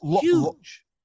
huge